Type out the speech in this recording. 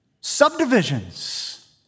subdivisions